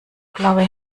blaue